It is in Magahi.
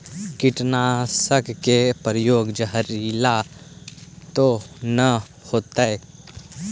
कीटनाशक के प्रयोग, जहरीला तो न होतैय?